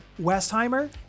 Westheimer